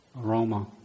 aroma